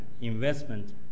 investment